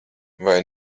vai